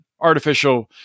artificial